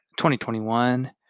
2021